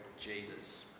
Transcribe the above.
Jesus